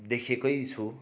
देखिकै छु